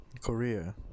Korea